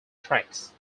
tracks